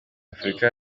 afurika